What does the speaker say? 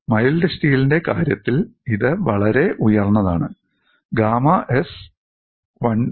mild സ്റ്റീൽന്റെ കാര്യത്തിൽ ഇത് വളരെ ഉയർന്നതാണ് 'ഗാമ എസ്' 1